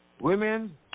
women